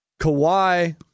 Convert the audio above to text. Kawhi